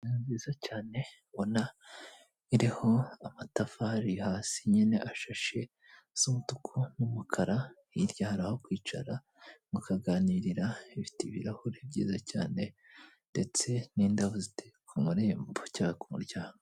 Inzu nziza cyane ubona iriho amatafari hasi nyine ashashe asa umutuku n'umukara, hirya hari aho kwicara mukaganirira hafite ibirahuri byiza cyane, ndetse n'indabo ziteye ku marembo cyangwa ku muryango.